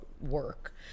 work